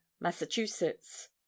massachusetts